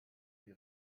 die